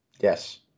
yes